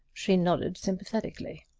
she nodded sympathetically.